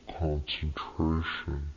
concentration